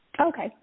Okay